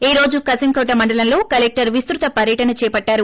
ఈరోజు కశింకోట మండలంలలో కలెక్టర్ విస్తృత పర్యటన చేపట్టారు